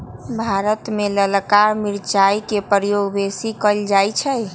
भारत में ललका मिरचाई के प्रयोग बेशी कएल जाइ छइ